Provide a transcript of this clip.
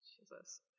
Jesus